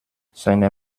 seiner